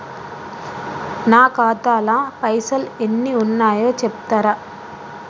నా ఖాతా లా పైసల్ ఎన్ని ఉన్నాయో చెప్తరా?